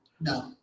No